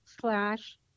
slash